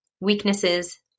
weaknesses